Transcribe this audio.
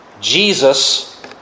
Jesus